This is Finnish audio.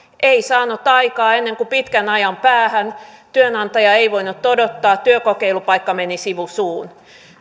ei saanut aikaa ennen kuin pitkän ajan päähän työnantaja ei voinut odottaa työkokeilupaikka meni sivu suun